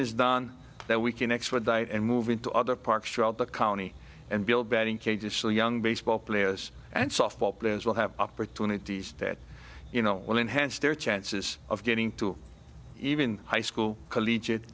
is done that we can expedite and move into other parks throughout the county and build batting cages so young baseball players and softball players will have opportunities that you know will enhanced their chances of getting to even high school collegiate